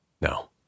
No